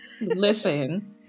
Listen